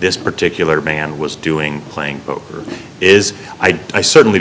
this particular man was doing playing poker is i certainly